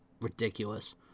ridiculous